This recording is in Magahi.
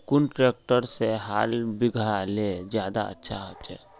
कुन ट्रैक्टर से हाल बिगहा ले ज्यादा अच्छा होचए?